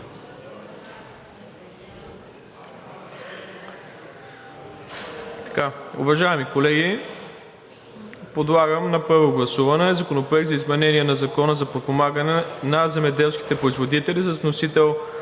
Уважаеми колеги, подлагам на първо гласуване Законопроекта за изменение на Закона за подпомагане на земеделските производители с вносител